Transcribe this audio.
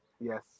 Yes